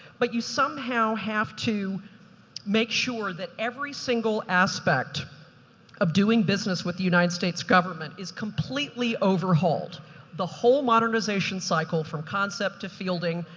but you somehow have to make sure that every single aspect of doing business with the united states government is completely overhauled the whole modernization cycle, from concept to fielding,